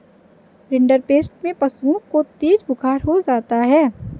rinderpest में पशुओं को तेज बुखार हो जाता है